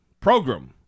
program